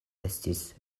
estis